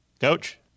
Coach